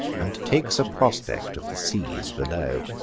and takes a prospect of the seas below,